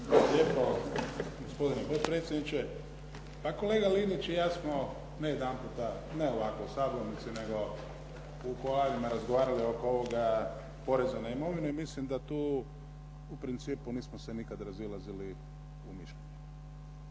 lijepo, gospodine potpredsjedniče. Kolega Linić i ja smo, ne jedanputa, ne ovako u sabornici nego u kuloarima razgovarali oko ovoga poreza na imovinu i mislim da tu u principu nismo se nikad razilazili u mišljenju.